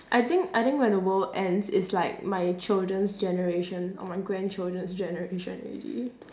I think I think when the world ends it's like my children's generation or my grandchildren's generation already